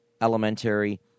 elementary